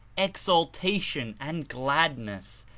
exultation and gladness,